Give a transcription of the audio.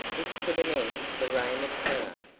which put an end to the reign of terror,